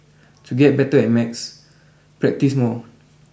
to get better at maths practise more